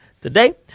today